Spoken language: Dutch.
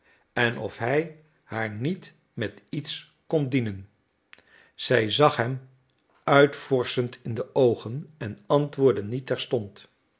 en of hij haar niet met iets kon dienen zij zag hem uitvorschend in de oogen en antwoordde niet terstond